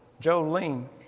Jolene